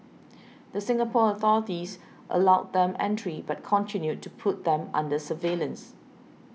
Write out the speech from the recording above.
the Singapore authorities allowed them entry but continued to put them under surveillance